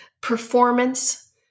performance